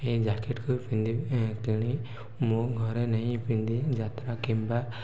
ଏ ଜ୍ୟାକେଟ୍କୁ ପିନ୍ଧି କିଣି ମୁଁ ଘରେ ନେଇ ପିନ୍ଧି ଯାତ୍ରା କିମ୍ବା